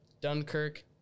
Dunkirk